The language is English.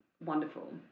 wonderful